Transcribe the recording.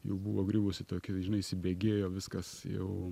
jau buvo griuvusi tokia žinai įsibėgėjo viskas jau